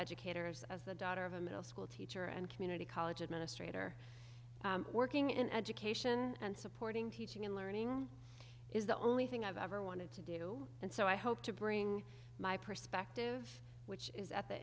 educators as the daughter of a middle school teacher and community college administrator working in education and supporting teaching and learning is the only thing i've ever wanted to do and so i hope to bring my perspective which is at the